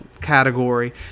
category